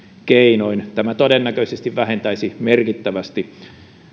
keinoin tämä todennäköisesti vähentäisi merkittävästi